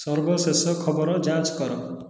ସର୍ବଶେଷ ଖବର ଯାଞ୍ଚ କର